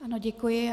Ano, děkuji.